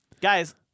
Guys